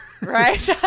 Right